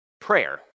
prayer